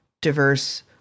diverse